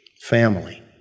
family